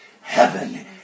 Heaven